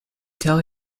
tell